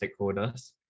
stakeholders